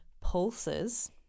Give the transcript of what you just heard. pulses